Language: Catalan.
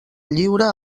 lliure